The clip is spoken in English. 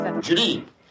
Julie